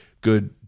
Good